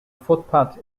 footpath